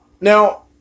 Now